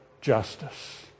justice